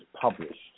published